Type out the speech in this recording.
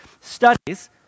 studies